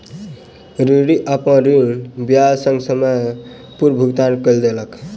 ऋणी, अपन ऋण ब्याज संग, समय सॅ पूर्व भुगतान कय देलक